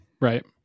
right